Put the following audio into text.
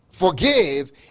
Forgive